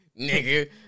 nigga